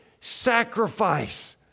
sacrifice